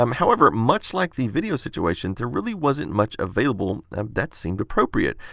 um however, much like the video situation, there really wasn't much available that seemed appropriate.